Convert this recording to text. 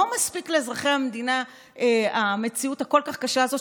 לא מספיקה לאזרחי המדינה המציאות הכל-כך קשה הזאת,